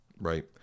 Right